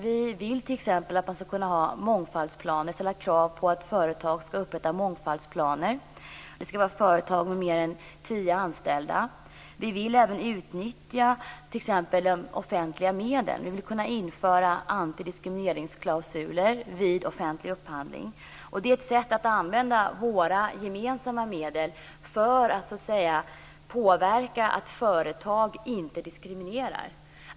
Vi vill kunna ställa krav på företag att upprätta mångfaldsplaner. Det skall gälla företag med fler än tio anställda. Vi vill även utnyttja offentliga medel. Vi vill kunna införa antidiskrimineringsklausuler vid offentlig upphandling. Det är ett sätt att använda våra gemensamma medel för att påverka att företag inte diskriminerar.